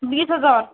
بیس ہزار